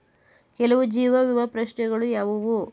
ಕೆಲವು ಜೀವ ವಿಮಾ ಪ್ರಶ್ನೆಗಳು ಯಾವುವು?